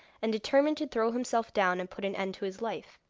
and determined to throw himself down and put an end to his life.